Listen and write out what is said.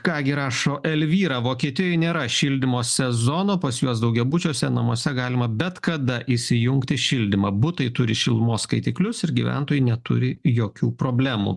ką gi rašo elvyra vokietijoj nėra šildymo sezono pas juos daugiabučiuose namuose galima bet kada įsijungti šildymą butai turi šilumos skaitiklius ir gyventojai neturi jokių problemų